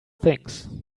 things